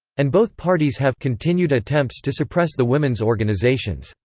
and both parties have continued attempts to suppress the women's organizations.